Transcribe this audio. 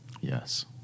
Yes